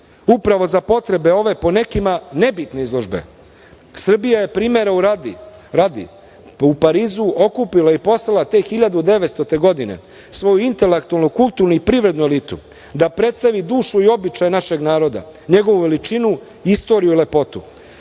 Upravo za potrebe ove, po nekima, ne bitne izložbe, Srbija je, primera radi, u Parizu okupila i poslala te 1900. godine svoju intelektualnu, kulturnu i privrednu elitu da predstavi dušu i običaje našeg naroda, njegovu veličinu, istoriju i lepotu. Tada